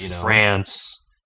France